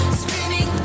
screaming